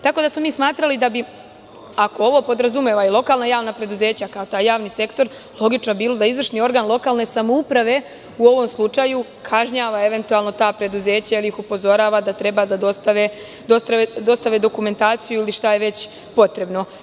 Smatrali smo da bi, ako ovo podrazumeva i lokalna javna preduzeća kao taj javni sektor, logično bi bilo da izvršni organ lokalne samouprave u ovom slučaju kažnjava, eventualno, ta preduzeća ili ih upozorava da treba da dostave dokumentaciju ili šta je već potrebno.